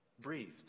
breathed